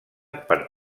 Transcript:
per